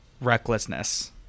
recklessness